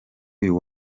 uyu